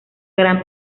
gran